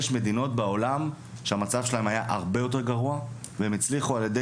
יש מדינות בעולם שהמצב שלהן היה הרבה יותר גרוע והן הצליחו על ידי